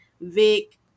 Vic